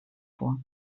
vor